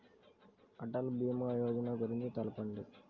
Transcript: అటల్ భీమా యోజన గురించి తెలుపండి?